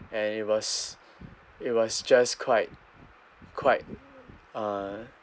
and it was it was just quite quite uh